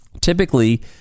Typically